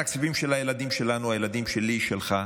התקציבים של הילדים שלנו, הילדים שלי, שלך,